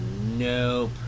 nope